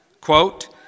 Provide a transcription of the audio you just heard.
quote